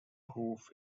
hoof